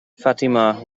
fatima